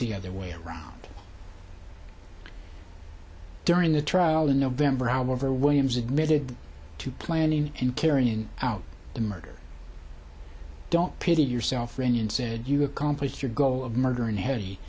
the other way around during the trial in november however williams admitted to planning and carrying out the murder don't pity yourself brennan said you accomplished your goal of murder in he